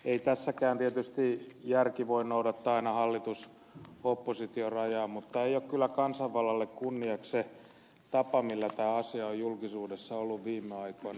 ei tässäkään tietysti järki voi noudattaa aina hallitusoppositio rajaa mutta ei ole kyllä kansanvallalle kunniaksi se tapa millä tämä asia on julkisuudessa ollut viime aikoina